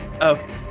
Okay